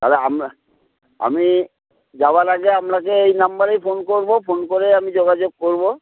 তালে আমরা আমি যাওয়ার আগে আপনাকে এই নাম্বারেই ফোন করব ফোন করে আমি যোগাযোগ করব